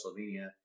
Slovenia